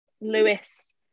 Lewis